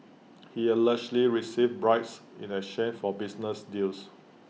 he allegedly received bribes in A shame for business deals